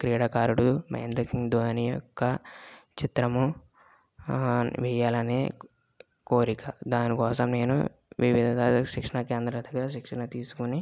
క్రీడాకారుడు మహేంద్రసింగ్ ధోని యొక్క చిత్రము వేయాలని కోరిక దానికోసం నేను వివిధ శిక్షణ కేంద్రం దగ్గర శిక్షణ తీసుకొని